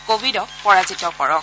কোৱিডক পৰাজিত কৰক